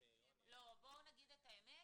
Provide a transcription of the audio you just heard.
בואו נגיד את האמת,